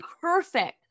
perfect